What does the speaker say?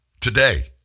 today